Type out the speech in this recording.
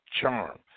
charm